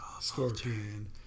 scorpion